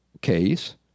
case